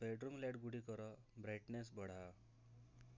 bedroom light ଗୁଡ଼ିକର brightness ବଢ଼ାଅ